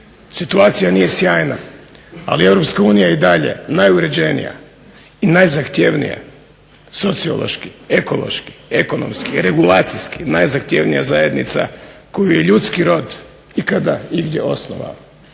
Situacija nije sjajna, ali Europska unija je i dalje najuređenija i najzahtjevnija sociološki, ekološki, ekonomski, regulacijski najzahtjevnija zajednica koju je ljudski rod ikada igdje osnovao